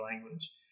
language